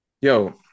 Yo